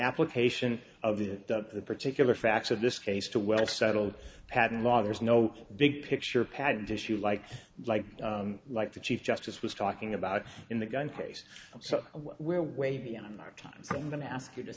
application of the particular facts of this case to well settled patent law there's no big picture patent issue like like like the chief justice was talking about in the gun case so we're way beyond our time so i'm going to ask you to